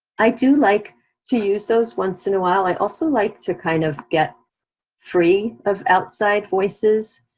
i do like to use those once in a while. i also like to kind of get free of outside voices.